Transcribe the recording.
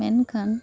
ᱢᱮᱱᱠᱷᱟᱱ